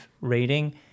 rating